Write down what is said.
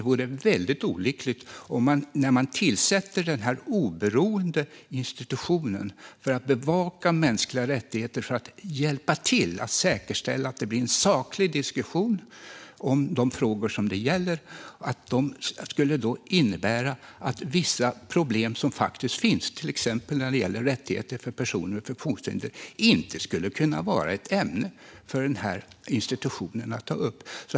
När man nu tillsätter detta oberoende institut för att bevaka mänskliga rättigheter och för att hjälpa till att säkerställa att det blir en saklig diskussion om de frågor det gäller vore det väldigt olyckligt om vissa problem som faktiskt finns, till exempel när det gäller rättigheter för personer med funktionshinder, inte skulle kunna vara ett ämne för institutet att ta upp.